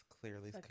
clearly